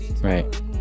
Right